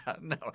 No